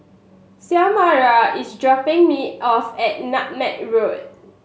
Xiomara is dropping me off at Nutmeg Road